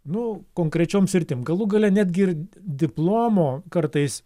nu konkrečioms sritim galų gale netgi ir diplomo kartais